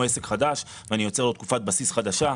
עסק חדש ואני יוצר לו תקופת בסיס חדשה.